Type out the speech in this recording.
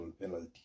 penalty